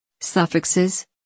suffixes